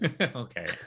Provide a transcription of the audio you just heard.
Okay